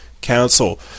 council